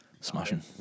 Smashing